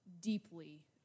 deeply